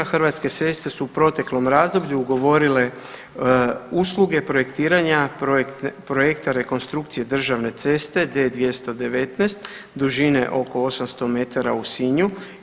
Hrvatske ceste su u proteklom razdoblju ugovorile usluge projektiranja projekta rekonstrukcije državne ceste D219 dužine oko 800 metara u Sinju.